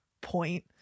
point